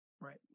Right